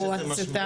יש לזה משמעות.